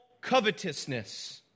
covetousness